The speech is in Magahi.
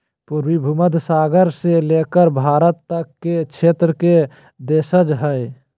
पूर्वी भूमध्य सागर से लेकर भारत तक के क्षेत्र के देशज हइ